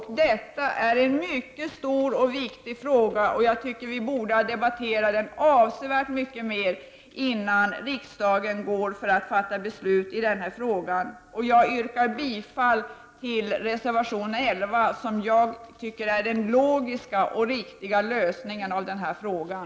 Detta är en mycket stor och viktig fråga. Jag tycker att vi borde ha debatterat den avsevärt mycket mer innan riksdagen går till att fatta beslut i ärendet. Jag yrkar bifall till reservation 11, som jag tycker innebär den logiska och riktiga lösningen av frågan.